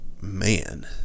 Man